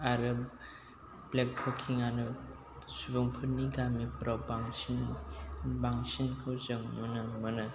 आरो ब्लेक टकिंयानो सुबुंफोरनि गामिफ्राव बांसिनखौ जों नुनो मोनो